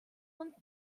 und